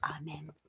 Amen